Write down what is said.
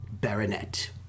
Baronet